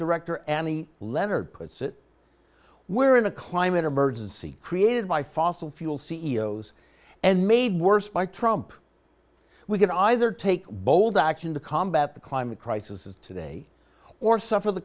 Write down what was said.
director amie leonard puts it we're in a climate emergency created by fossil fuel c e o s and made worse by trump we can either take bold action to combat the climate crisis today or suffer the